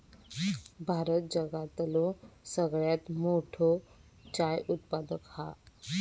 भारत जगातलो सगळ्यात मोठो चाय उत्पादक हा